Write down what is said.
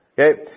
Okay